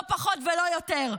לא פחות ולא יותר.